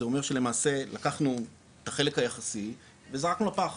זה אומר שלמעשה לקחנו את החלק היחסי וזרקנו לפח.